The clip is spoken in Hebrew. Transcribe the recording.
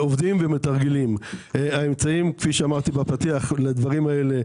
האמצעים לדברים האלה,